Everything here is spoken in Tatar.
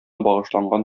багышланган